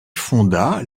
fonda